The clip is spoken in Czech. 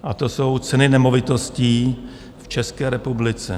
A to jsou ceny nemovitostí v České republice.